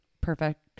perfect